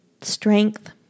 strength